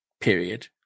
period